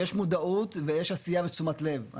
יש מודעות ויש עשייה ותשומת לב.